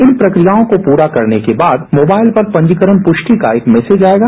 इन प्रक्रियों को पूरा करने के बाद मोबाइल पर पंजीकरण पुष्टि का एक मैसेज आयेगा